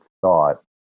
thought